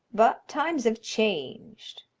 but times have changed.